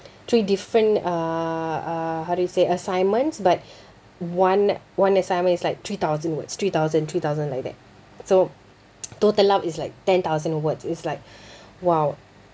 three different uh uh how do you say assignments but one one assignment is like three thousand words three thousand three thousand like that so total up is like ten thousand words it's like !wow!